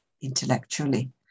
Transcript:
intellectually